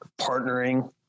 partnering